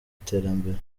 iterambere